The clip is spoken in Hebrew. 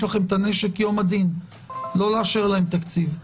יש לכם נשק יום הדין - לא לאשר להם תקציב.